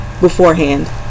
beforehand